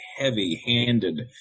heavy-handed